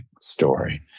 story